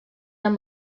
amb